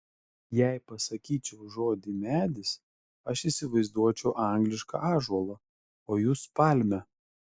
jei pasakyčiau žodį medis aš įsivaizduočiau anglišką ąžuolą o jūs palmę